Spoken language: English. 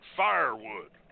firewood